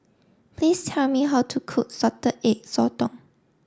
please tell me how to cook Salted Egg Sotong